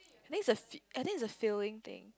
I think it's a fe~ I think it's a feeling thing